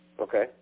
Okay